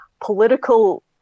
political